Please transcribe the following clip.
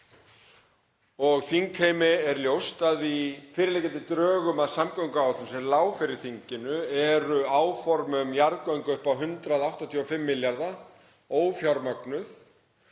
og þingheimi er ljóst að í fyrirliggjandi drögum að samgönguáætlun, sem lá fyrir þinginu, eru áform um jarðgöng upp á 185 milljarða ófjármögnuð